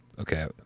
Okay